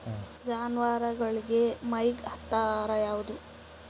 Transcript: ಜಾನವಾರಗೊಳಿಗಿ ಮೈಗ್ ಹತ್ತ ಆಹಾರ ಯಾವುದು?